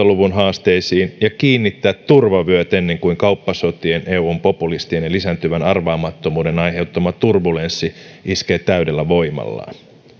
luvun haasteisiin ja kiinnittää turvavyöt ennen kuin kauppasotien eun populistien ja lisääntyvän arvaamattomuuden aiheuttama turbulenssi iskee täydellä voimallaan